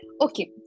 Okay